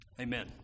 Amen